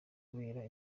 kubera